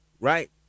right